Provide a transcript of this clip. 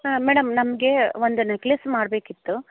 madam ನಮಗೆ ಒಂದು necklace ಮಾಡಬೇಕಿತ್ತು